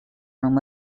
room